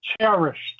cherished